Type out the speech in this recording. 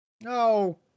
No